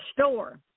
store